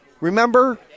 Remember